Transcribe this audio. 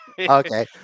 Okay